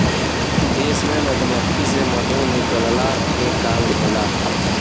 देश में मधुमक्खी से मधु निकलला के काम होला